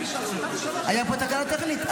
הייתה פה תקלה טכנית.